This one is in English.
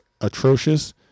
atrocious